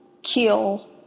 kill